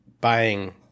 buying